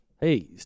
Hey